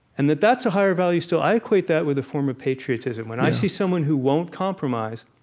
and that that's a higher value still. i equate that with a form of patriotism. when i see someone who won't compromise,